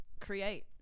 create